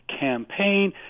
campaign